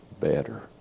better